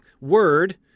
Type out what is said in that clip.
word